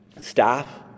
staff